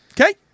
Okay